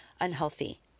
unhealthy